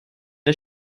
der